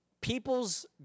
people's